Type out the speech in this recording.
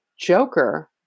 joker